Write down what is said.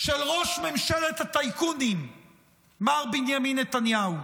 של ראש ממשלת הטייקונים מר בנימין נתניהו.